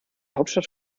hauptstadt